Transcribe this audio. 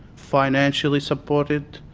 financially supported.